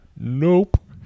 nope